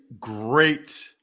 great